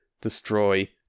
destroy